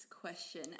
question